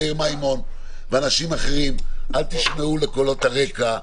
מאיר מימון ואנשים אחרים: אל תשמעו לקולות הרקע.